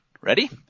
ready